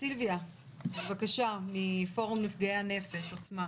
סילביה מפורם נפגעי הנפש, בבקשה.